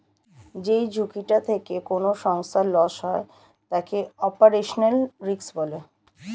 যেই ঝুঁকিটা থেকে কোনো সংস্থার লস হয় তাকে অপারেশনাল রিস্ক বলে